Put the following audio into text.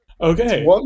okay